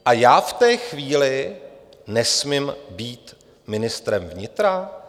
A já v té chvíli nesmím být ministrem vnitra?